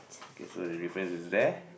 okay so the difference is there